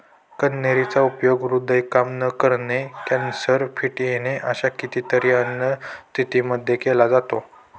कन्हेरी चा उपयोग हृदय काम न करणे, कॅन्सर, फिट येणे अशा कितीतरी अन्य स्थितींमध्ये केला जातो